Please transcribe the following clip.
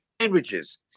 sandwiches